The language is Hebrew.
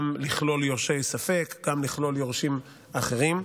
גם לכלול יורשי ספק, גם לכלול יורשים אחרים,